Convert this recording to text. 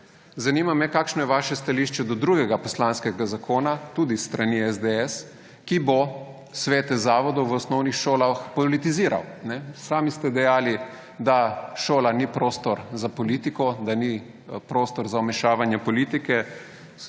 Zanima me, kakšno je vaše stališče do drugega poslanskega zakona, tudi s strani SDS, ki bo svete zavodov v osnovnih šolah politiziral. Sami ste dejali, da šola ni prostor za politiko, da ni prostor za vmešavanje v politike.